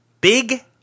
Big